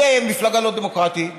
אתם מפלגה לא דמוקרטית,